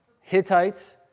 Hittites